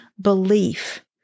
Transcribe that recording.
belief